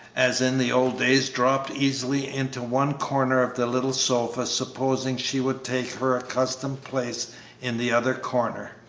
as in the old days, dropped easily into one corner of the little sofa, supposing she would take her accustomed place in the other corner,